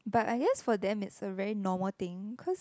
but I guess for them is the rain normal thing cause